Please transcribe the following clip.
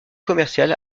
commercial